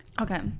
Okay